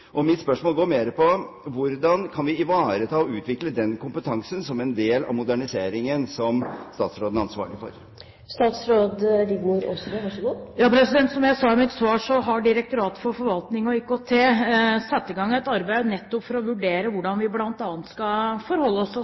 Mitt spørsmål går mer på hvordan vi kan ivareta og utvikle den kompetansen som en del av moderniseringen som statsråden er ansvarlig for. Som jeg sa i mitt svar, har Direktoratet for forvaltning og IKT satt i gang et arbeid nettopp for å vurdere hvordan vi bl.a. skal forholde oss til sosiale medier, som vi bruker mer og mer av også